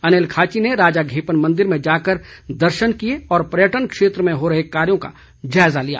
अनिल खाची ने राजा घेपन मंदिर में जाकर दर्शन किए और पर्यटन क्षेत्र में हो रहे कार्यों का जायज़ा लिया